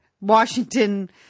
Washington